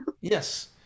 Yes